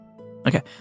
Okay